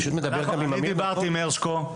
אני דיברתי עם הרשקו,